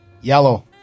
Yellow